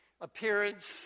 appearance